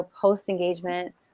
post-engagement